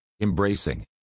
embracing